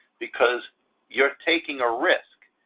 because you're taking a risk,